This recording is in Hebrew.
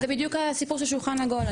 זה בדיוק הסיפור של שולחן עגול.